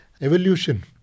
evolution